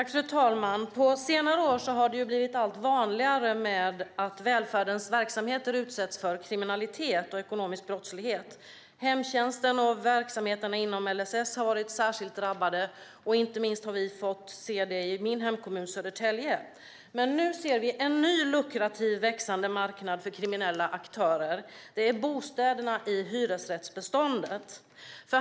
Fru talman! På senare år har det blivit allt vanligare att välfärdens verksamheter utsätts för kriminalitet och ekonomisk brottslighet. Hemtjänsten och verksamheterna inom LSS har varit särskilt drabbade. Inte minst har vi sett det i min hemkommun Södertälje. Nu ser vi dock en ny lukrativ växande marknad för kriminella aktörer. Det handlar om bostäderna i hyresrättsbeståndet.